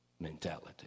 Mentality